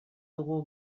dugu